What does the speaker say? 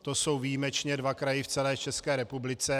To jsou výjimečně dva kraje v celé České republice.